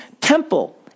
temple